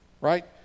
Right